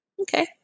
Okay